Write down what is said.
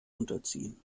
unterziehen